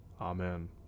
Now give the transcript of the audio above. Amen